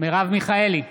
מרב מיכאלי,